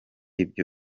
ibyo